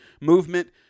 movement